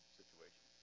situation